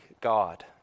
God